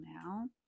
now